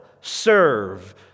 serve